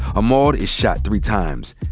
ahmaud is shot three times.